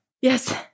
yes